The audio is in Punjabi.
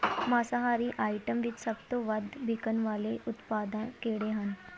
ਮਾਸਾਹਾਰੀ ਆਈਟਮ ਵਿੱਚ ਸਭ ਤੋਂ ਵੱਧ ਵਿਕਣ ਵਾਲੇ ਉਤਪਾਦ ਕਿਹੜੇ ਹਨ